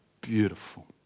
beautiful